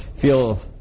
feel